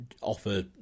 offer